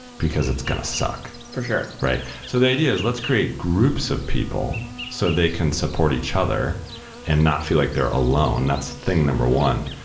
because it's going to suck. for sure. right? so the idea is let's create groups of people so they can support each other and not feel like they're alone. that's thing number one.